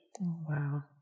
Wow